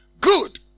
Good